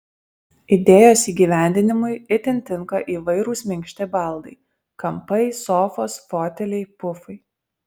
idėjos įgyvendinimui itin tinka įvairūs minkšti baldai kampai sofos foteliai pufai